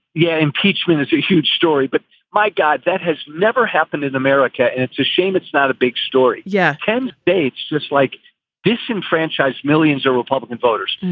yeah. impeachment is a huge story. but my god, that has never happened in america. and it's a shame it's not a big story. yeah. ten dates, just like disenfranchise millions of republican voters.